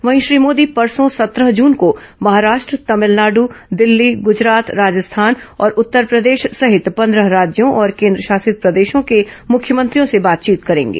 वहीं श्री मोदी परसों सत्रह जून को महाराष्ट्र तमिलनाडु दिल्ली गुजरात राजस्थान और उत्तरप्रदेश सहित पंद्रह राज्यों और केन्द्रशासित प्रदेशों के मुख्यमंत्रियों से बातचीत करेंगे